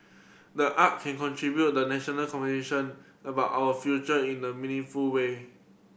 the art can contribute the national conversation about our future in a meaningful way